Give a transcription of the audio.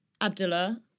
Abdullah